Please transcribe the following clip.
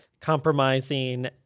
compromising